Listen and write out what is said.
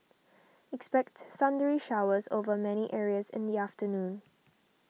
expect thundery showers over many areas in the afternoon